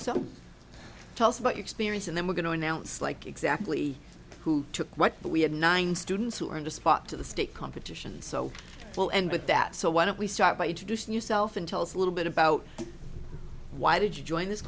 your experience and then we're going to announce like exactly who took what but we had nine students who are under spot to the state competitions so well and with that so why don't we start by introducing yourself and tell us a little bit about why did you join this